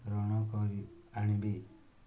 ଋଣ କରି ଆଣିବି